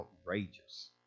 outrageous